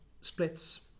splits